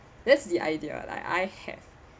that's the idea like I have